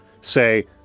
say